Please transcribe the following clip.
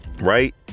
Right